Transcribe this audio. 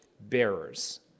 bearers